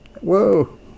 whoa